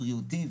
השוויוניות.